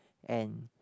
and